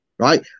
Right